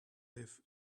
live